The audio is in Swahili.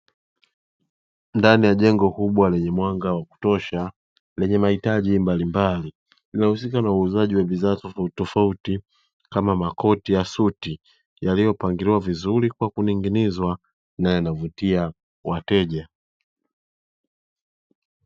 Ndani ya jengo kubwa lenye mwanga wa kutosha lenye mahitaji mbalimbali, linalohusikaa na uuzaji wa bidhaa tofautitofauti kama makoti ya suti yaliyopangiliwa vizuri kwa kuning'ininizwa na yanavutia wateja.